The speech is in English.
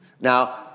Now